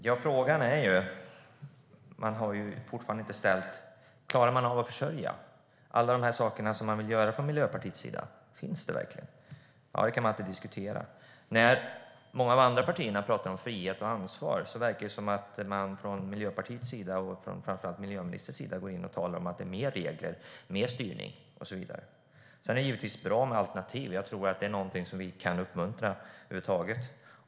Herr talman! Frågan som man fortfarande inte har ställt är: Klarar man av att försörja alla de saker som man vill göra från Miljöpartiets sida? Finns det verkligen utrymme för det? Det kan man alltid diskutera. När många av de andra partierna talar om frihet och ansvar verkar det som att man från Miljöpartiets sida och framför allt från miljöministerns sida talar om mer regler, mer styrning, och så vidare. Det är givetvis bra med alternativ. Det är någonting som vi kan uppmuntra över huvud taget.